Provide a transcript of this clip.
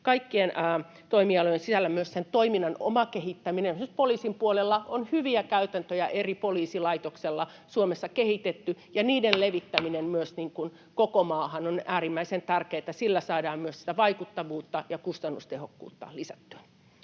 kaikkien toimialojen sisällä myös sen toiminnan oma kehittäminen — esimerkiksi poliisin puolella on hyviä käytäntöjä eri poliisilaitoksilla Suomessa kehitetty, ja niiden levittäminen myös koko maahan on äärimmäisen tärkeätä. Sillä saadaan myös sitä vaikuttavuutta ja kustannustehokkuutta lisättyä.